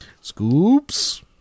scoops